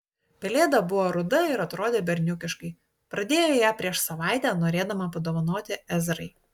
pelėda buvo ruda ir atrodė berniukiškai pradėjo ją prieš savaitę norėdama padovanoti ezrai